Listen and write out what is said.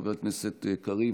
חבר הכנסת קריב,